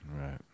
Right